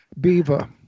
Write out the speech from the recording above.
beaver